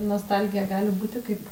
nostalgija gali būti kaip